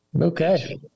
Okay